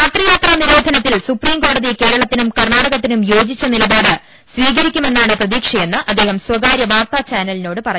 രാത്രിയാത്രാ നിരോധനത്തിൽ സുപ്രീംകോടതി കേരളത്തിനും കർണാടത്തിനും യോജിച്ച നില പാട് സ്വീകരിക്കുമെന്നാണ് പ്രതീക്ഷയെന്നും അദ്ദേഹം സ്ഥകാര്യ വാർത്താചാനലിനോട് പറഞ്ഞു്